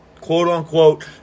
quote-unquote